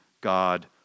God